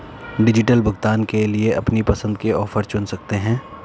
digital भुगतान के लिए अपनी पसंद के ऑफर चुन सकते है